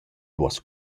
duos